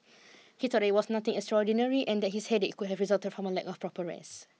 he thought that it was nothing extraordinary and that his headache could have resulted from a lack of proper rest